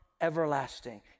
everlasting